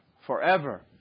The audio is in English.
forever